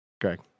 Greg